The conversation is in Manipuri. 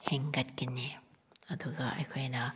ꯍꯦꯟꯒꯠꯀꯅꯤ ꯑꯗꯨꯒ ꯑꯩꯈꯣꯏꯅ